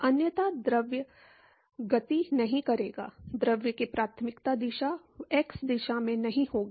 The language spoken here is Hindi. अन्यथा द्रव गति नहीं करेगा द्रव की प्राथमिक दिशा x दिशा में नहीं होगी